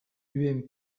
ump